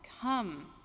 come